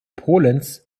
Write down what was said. polens